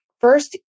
First